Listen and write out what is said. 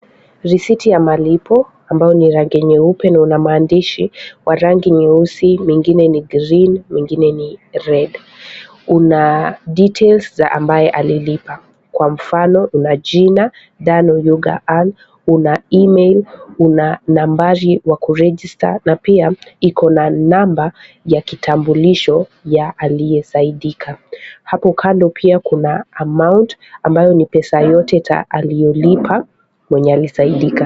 Risiti ya malipo ambayo ni rangi nyeupe ambayo ni ya malipo na ina maandishi ya rangi nyeusi ingine ni green ingine ni red ,kuna details ya ambaye alilipa kwa mfano una jina Dan Oyuga Anne una email una nambari ya kuregester na pia ina namba ya kitambulisho ya aliyesaidika hapo kando pia Kuna amount ambayo ni pesa yote ya aliyelipa na mwenye alizaidika.